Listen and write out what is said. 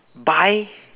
buy